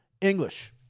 English